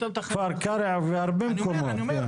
כפר קרע והרבה מקומות.